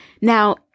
Now